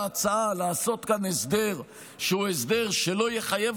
ההצעה לעשות כאן הסדר שהוא הסדר שלא יחייב